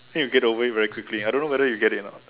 then you get over very quickly I don't know you get it or not